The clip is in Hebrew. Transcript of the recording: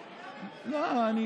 איתם,